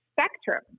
spectrum